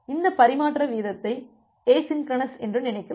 இந்த பரிமாற்ற வீதத்தை எசின்கோரனஸ் என்று நினைக்கலாம்